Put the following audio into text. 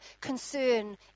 concern